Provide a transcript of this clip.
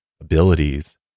abilities